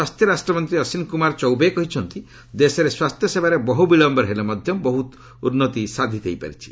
ସ୍ୱାସ୍ଥ୍ୟ ରାଷ୍ଟ୍ରମନ୍ତ୍ରୀ ଅଶ୍ୱିନୀ କୁମାର ଚୌବେ କହିଛନ୍ତି ଦେଶରେ ସ୍ୱାସ୍ଥ୍ୟସେବାରେ ବହୁ ବିଳୟରେ ହେଲେ ମଧ୍ୟ ବହୁ ଉନ୍ନତି ସାଧିତ ହୋଇପାରିଛି